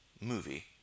movie